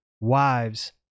wives